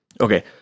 Okay